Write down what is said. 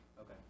Okay